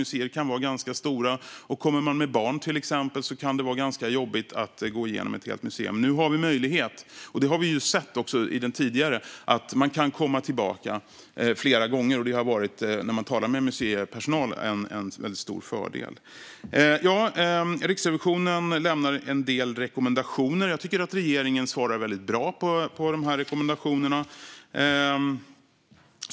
Museer kan vara ganska stora, och om man till exempel kommer med barn kan det vara ganska jobbigt att gå igenom ett helt museum. Nu har man möjligheten. Vi har sett tidigare att man kan komma tillbaka flera gånger, och när vi talar med museipersonal säger de att detta har varit en stor fördel. Riksrevisionen lämnade en del rekommendationer. Jag tycker att regeringen svarar väldigt bra på dessa.